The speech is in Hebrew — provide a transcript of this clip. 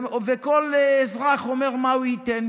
וכל אזרח אומר מה הוא ייתן,